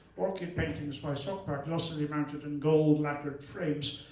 orchid paintings by sokpa glassily mounted in gold-lacquered frames,